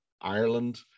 Ireland